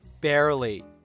barely